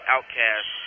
Outcast